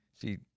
See